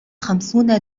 خمسون